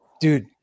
dude